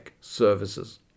services